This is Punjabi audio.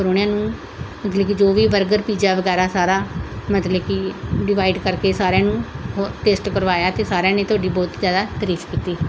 ਪਰਾਹੁਣਿਆਂ ਨੂੰ ਮਤਲਬ ਕਿ ਜੋ ਵੀ ਬਰਗਰ ਪੀਜ਼ਾ ਵਗੈਰਾ ਸਾਰਾ ਮਤਲਬ ਕਿ ਡਿਵਾਈਡ ਕਰਕੇ ਸਾਰਿਆਂ ਨੂੰ ਟੇਸਟ ਕਰਵਾਇਆ ਅਤੇ ਸਾਰਿਆਂ ਨੇ ਤੁਹਾਡੀ ਬਹੁਤ ਜ਼ਿਆਦਾ ਤਾਰੀਫ ਕੀਤੀ